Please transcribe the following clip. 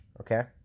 okay